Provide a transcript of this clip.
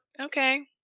okay